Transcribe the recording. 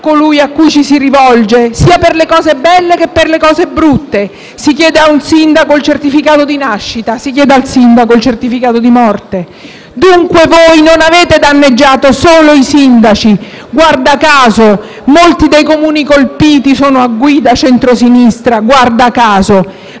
colui a cui ci si rivolge, sia per le cose belle sia per quelle brutte: si chiede a un sindaco il certificato di nascita, si chiede al sindaco il certificato di morte. Dunque voi non avete danneggiato solo i sindaci. Guarda caso, molti dei Comuni colpiti sono guidati dal centrosinistra (guarda caso).